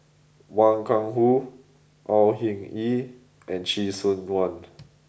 Wang Gungwu Au Hing Yee and Chee Soon Juan